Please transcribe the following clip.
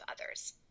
others